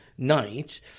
night